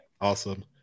Awesome